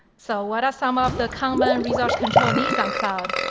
so what are some of the common and resource control needs on cloud?